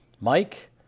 Mike